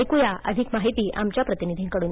ऐक्या अधिक माहिती आमच्या प्रतिनिधीकडून